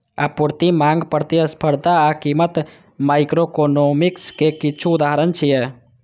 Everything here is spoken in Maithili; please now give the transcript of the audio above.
आपूर्ति, मांग, प्रतिस्पर्धा आ कीमत माइक्रोइकोनोमिक्स के किछु उदाहरण छियै